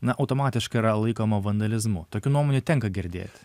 na automatiškai yra laikoma vandalizmu tokių nuomonių tenka girdėti